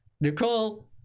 Nicole